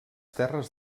terres